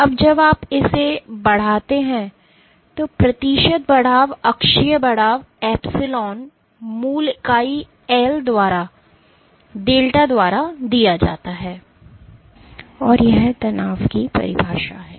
अब जब आप इसे बढ़ाते हैं तो प्रतिशत बढ़ाव अक्षीय बढ़ाव एप्सिलॉन मूल लंबाई एल द्वारा डेल्टा द्वारा दिया जाता है और यह तनाव की परिभाषा है